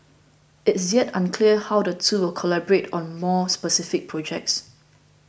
it's yet unclear how the two will collaborate on more specific projects